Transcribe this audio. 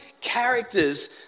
characters